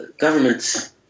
Governments